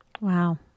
Wow